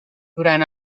durant